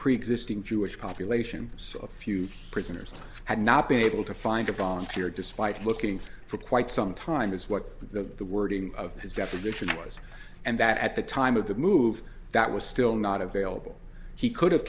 preexisting jewish population so a few prisoners had not been able to find a volunteer despite looking for quite some time is what the the wording of his deposition was and that at the time of the move that was still not available he could